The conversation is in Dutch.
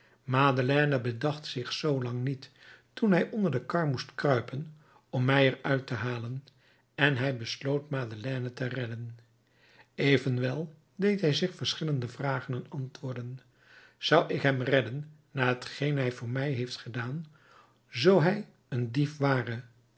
madeleine bedacht zich zoo lang niet toen hij onder de kar moest kruipen om mij er uit te halen en hij besloot madeleine te redden evenwel deed hij zich verschillende vragen en antwoorden zou ik hem redden na t geen hij voor mij heeft gedaan zoo hij een dief ware